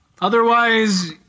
otherwise